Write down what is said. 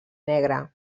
negre